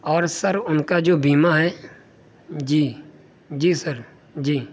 اور سر ان کا جو بیمہ ہے جی جی سر جی